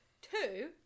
Two